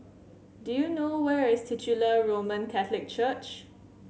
do you know where is Titular Roman Catholic Church